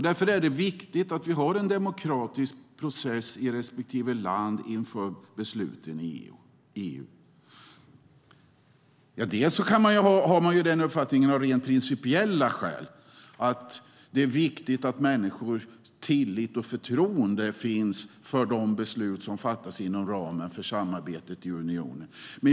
Därför är det viktigt att vi har en demokratisk process i respektive land inför besluten i EU. Man kan av rent principiella skäl ha den uppfattningen att det är viktigt att människors tillit och förtroende finns för de beslut som fattas inom ramen för samarbetet inom unionen.